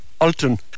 Alton